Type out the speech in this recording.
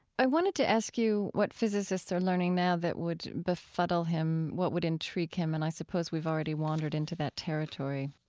i wanted to ask you what physicists are learning now that would befuddle him, what would intrigue him, and i suppose we've already wandered into that territory.